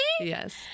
Yes